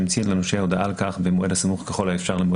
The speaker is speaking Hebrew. ימציא לנושה הודעה על כך במועד הסמוך ככל האפשר למועד